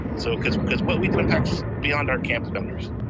so cause cause what we do impacts beyond our campus founders.